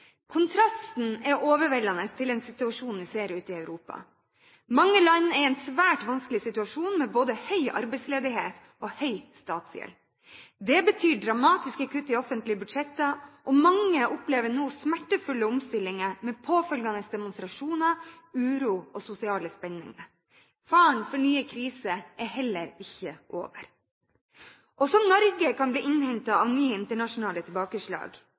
Kontrasten er overveldende til den situasjonen vi ser ute i Europa. Mange land er i en svært vanskelig situasjon med både høy arbeidsledighet og høy statsgjeld. Det betyr dramatiske kutt i offentlige budsjetter, og mange opplever nå smertefulle omstillinger med påfølgende demonstrasjoner, uro og sosiale spenninger. Faren for nye kriser er heller ikke over. Også Norge kan bli innhentet av nye internasjonale tilbakeslag,